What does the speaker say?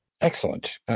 Excellent